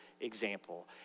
example